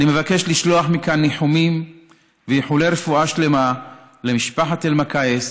אני מבקש לשלוח מכאן ניחומים ואיחולי רפואה שלמה למשפחת אלמקייס,